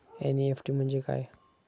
NEFT म्हणजे काय?